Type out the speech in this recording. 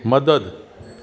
मदद